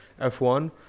F1